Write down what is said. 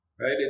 right